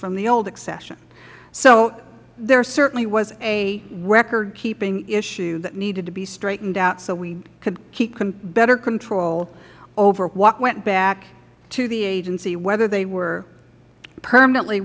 from the old accession so there certainly was a record keeping issue that needed to be straightened out so we could keep better control over what went back to the agency whether they were permanently